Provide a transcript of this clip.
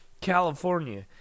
California